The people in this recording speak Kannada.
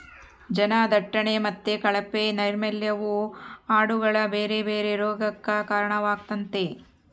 ಜನದಟ್ಟಣೆ ಮತ್ತೆ ಕಳಪೆ ನೈರ್ಮಲ್ಯವು ಆಡುಗಳ ಬೇರೆ ಬೇರೆ ರೋಗಗಕ್ಕ ಕಾರಣವಾಗ್ತತೆ